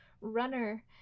runner